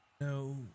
no